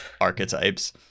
archetypes